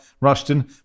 Rushton